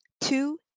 two